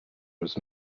was